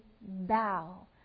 bow